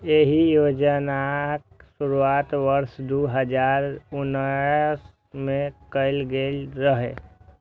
एहि योजनाक शुरुआत वर्ष दू हजार उन्नैस मे कैल गेल रहै